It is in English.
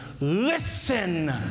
listen